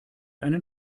einen